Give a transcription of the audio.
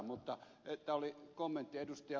mutta tämä oli kommentti ed